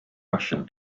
russian